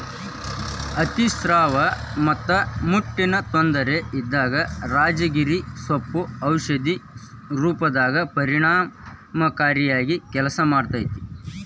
ಅತಿಸ್ರಾವ ಮತ್ತ ಮುಟ್ಟಿನ ತೊಂದರೆ ಇದ್ದಾಗ ರಾಜಗಿರಿ ಸೊಪ್ಪು ಔಷಧಿ ರೂಪದಾಗ ಪರಿಣಾಮಕಾರಿಯಾಗಿ ಕೆಲಸ ಮಾಡ್ತೇತಿ